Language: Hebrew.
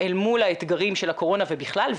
גם אל מול האתגרים של הקורונה ובכלל,